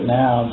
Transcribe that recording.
now